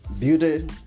Beauty